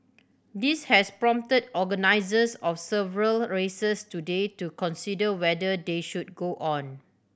this has prompted organisers of several races today to consider whether they should go on